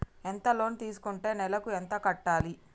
ఎంత లోన్ తీసుకుంటే నెలకు ఎంత కట్టాలి?